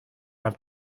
have